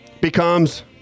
becomes